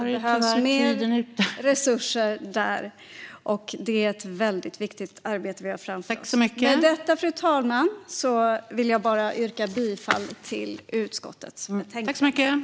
Det behövs mer resurser där, och det är ett väldigt viktigt arbete som vi har framför oss. Med detta, fru talman, vill jag yrka bifall till utskottets förslag i betänkandet.